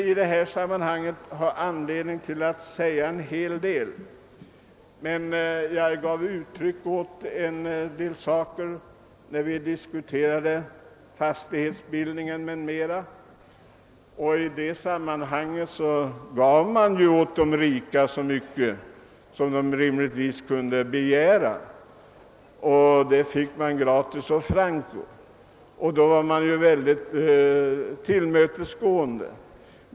När vi för någon tid sedan här i kammaren diskuterade frågan om fastighetsbildningen sade jag att man givit mycket gratis och för intet åt de rika. Då hade man varit mycket tillmötesgående.